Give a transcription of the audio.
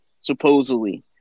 supposedly